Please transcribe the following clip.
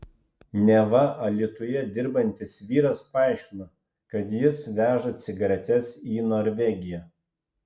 neva alytuje dirbantis vyras paaiškino kad jis veža cigaretes į norvegiją